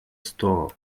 stall